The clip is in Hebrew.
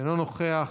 אינו נוכח,